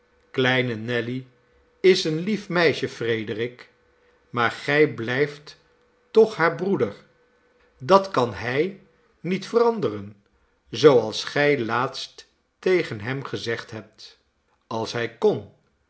kleine nelly is een lief meisje frederik maar gij blijft toch haar breeder dat kan hij niet veranderen zooals gij laatst tegen hem gezegd hebt als hij kon